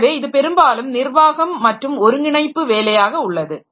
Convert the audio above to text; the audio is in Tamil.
எனவே இது பெரும்பாலும் நிர்வாகம் மற்றும் ஒருங்கிணைப்பு வேலையாக உள்ளது